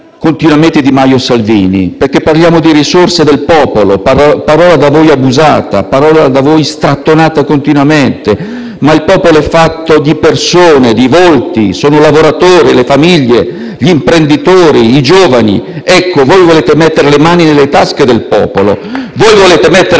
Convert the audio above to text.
Di Maio e Salvini, perché parliamo di risorse del «popolo», parola da voi abusata, parola da voi strattonata continuamente; ma il popolo è fatto di persone, di volti: sono i lavoratori, le famiglie, gli imprenditori, i giovani. Ecco, voi volete mettere le mani nelle tasche del popolo, sui loro